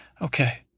Okay